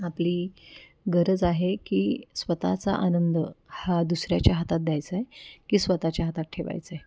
आपली गरज आहे की स्वतःचा आनंद हा दुसऱ्याच्या हातात द्यायचाय की स्वतःच्या हातात ठेवायचा आहे